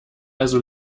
also